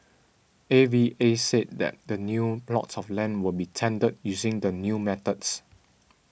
A V A said the new plots of land will be tendered using the new methods